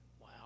Wow